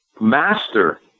master